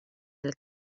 del